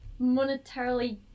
monetarily